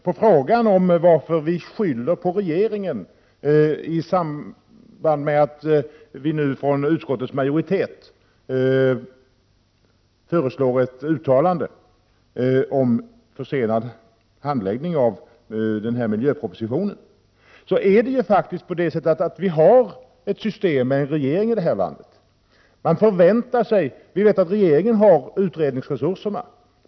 På frågan varför vi skyller på regeringen i samband med att utskottsmajoriteten nu föreslår ett uttalande om försenad handläggning av den här miljöpropositionen vill jag svara, att vi faktiskt har ett system med en regering i det här landet. Vi vet att regeringen har utredningsresurserna.